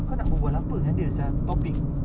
kau nak berbual apa dengan dia sia topic